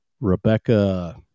Rebecca